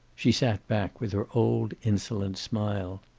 she sat back, with her old insolent smile.